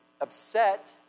upset